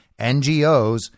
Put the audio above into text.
NGOs